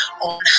on